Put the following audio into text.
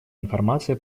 информация